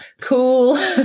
cool